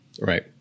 Right